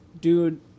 dude